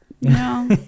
No